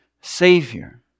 Savior